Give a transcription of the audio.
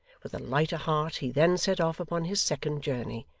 with a lighter heart he then set off upon his second journey,